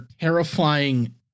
terrifying